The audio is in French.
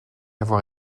avoir